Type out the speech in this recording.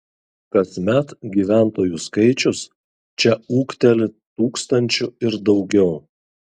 kasmet gyventojų skaičius čia ūgteli tūkstančiu ir daugiau